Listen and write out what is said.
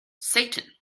satan